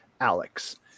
alex